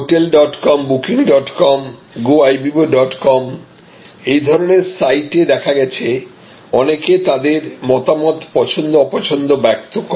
hotelcom bookingcom goibibocom এই ধরনের সাইটে দেখা গেছে অনেকে তাদের মতামত পছন্দ অপছন্দ ব্যক্ত করে